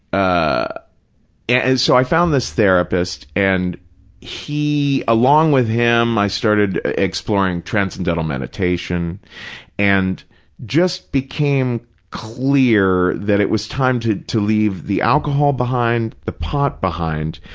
ah and so, i found this therapist, and he, along with him, i started exploring transcendental meditation and just became clear that it was time to to leave the alcohol behind, the pot behind.